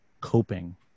coping